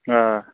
آ